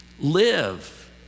Live